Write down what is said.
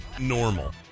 normal